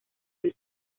del